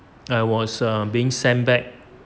I was err being sent back